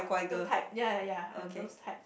those type ya ya ya I'm those type